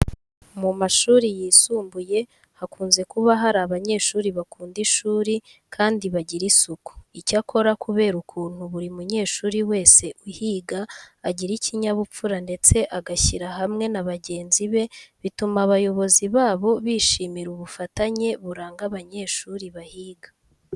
Mu mashuri yisumbuye hakunze kuba hari abanyeshuri bakunda ishuri kandi bagira isuku. Icyakora kubera ukuntu buri munyeshuri wese uhiga agira ikinyabupfura ndetse agashyira hamwe na bagenzi be, bituma abayobozi babo bishimira ubufatanye buranga abanyeshuri bahiga.